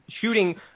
shooting